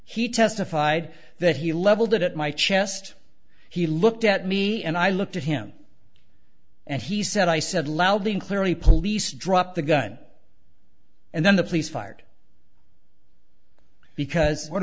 he testified that he leveled it at my chest he looked at me and i looked at him and he said i said loudly and clearly police dropped the gun and then the police fired because what